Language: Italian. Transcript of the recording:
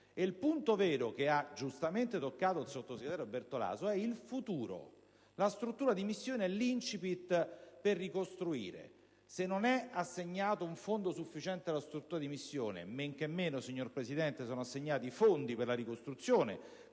Il punto vero che ha giustamente toccato il sottosegretario Bertolaso è il futuro, la struttura di missione è l'*incipit* per ricostruire. Se non è assegnato un fondo sufficiente alla struttura di missione, men che meno - signor Presidente - sono assegnati fondi per la ricostruzione,